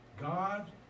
God